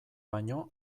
baino